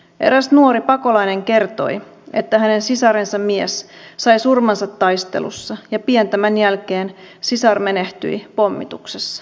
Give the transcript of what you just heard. eräs nuori pakolainen kertoi että hänen sisarensa mies sai surmansa taistelussa ja pian tämän jälkeen sisar menehtyi pommituksessa